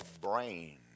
brain